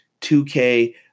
2K